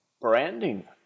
branding